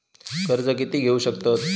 कर्ज कीती घेऊ शकतत?